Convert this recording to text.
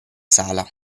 sala